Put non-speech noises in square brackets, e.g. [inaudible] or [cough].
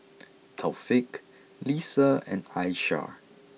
[noise] Taufik Lisa and Aishah